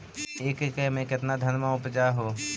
एक एकड़ मे कितना धनमा उपजा हू?